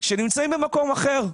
שנמצאים במקום אחר,